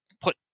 put